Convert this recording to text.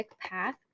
path